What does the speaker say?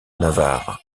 navarre